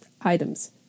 items